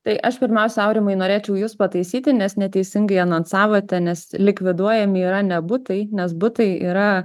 tai aš pirmiausia aurimai norėčiau jus pataisyti nes neteisingai anonsavote nes likviduojami yra ne butai nes butai yra